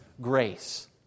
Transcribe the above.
grace